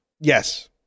Yes